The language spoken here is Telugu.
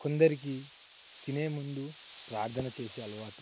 కొందరికి తినే ముందు ప్రార్థన చేసే అలవాటు